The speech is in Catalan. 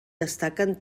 destaquen